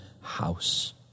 house